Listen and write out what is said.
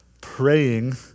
Praying